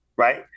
Right